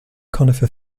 conifer